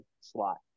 slot